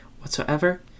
whatsoever